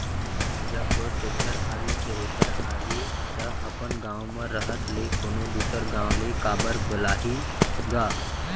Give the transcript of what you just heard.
जब तोर टेक्टर आगे, थेरेसर आगे त अपन गॉंव म रहत ले कोनों दूसर गॉंव ले काबर बलाही गा?